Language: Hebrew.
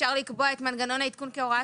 אפשר לקבוע את מנגנון העדכון כהוראת